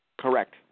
Correct